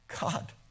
God